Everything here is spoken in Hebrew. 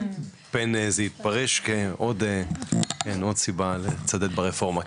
פן זה יתפרש כעוד סיבה לצדד ברפורמה,